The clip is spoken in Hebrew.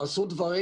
עשו דברים,